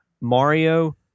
Mario